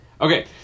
Okay